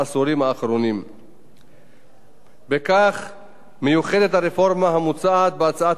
בכך מיוחדת הרפורמה המוצעת בהצעת החוק ושונה מכל רפורמה אחרת.